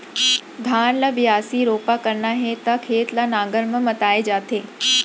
धान ल बियासी, रोपा करना हे त खेत ल नांगर म मताए जाथे